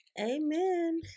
Amen